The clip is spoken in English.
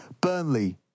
Burnley